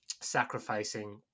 sacrificing